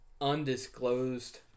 undisclosed